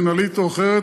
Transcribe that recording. מינהלית או אחרת,